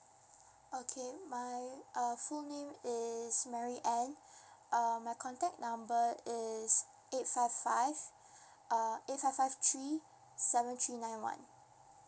okay my uh full name is mary anne uh my contact number is eight five five uh eight five five three seven three nine one